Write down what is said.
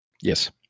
Yes